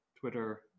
Twitter